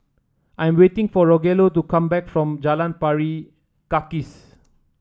I am waiting for Rogelio to come back from Jalan Pari Kikis